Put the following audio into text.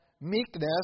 meekness